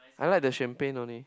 I like the champagne only